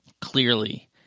clearly